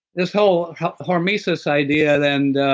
this whole hormesis idea and